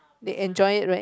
they enjoy it right